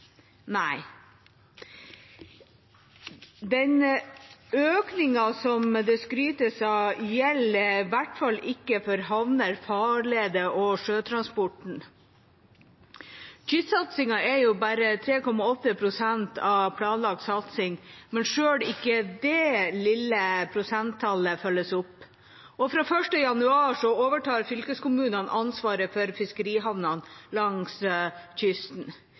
Nei. Den økningen det skrytes av, gjelder i hvert fall ikke for havner, farleder og sjøtransport. Kystsatsingen er på bare 3,8 pst. av planlagt satsing, men selv ikke det lille prosenttallet følges opp. Fra 1. januar overtar fylkeskommunene ansvaret for fiskerihavnene langs kysten.